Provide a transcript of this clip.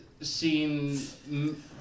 seen